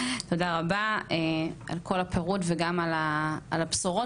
תודה רבה על כל הפירוט וגם על הבשורות